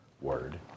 word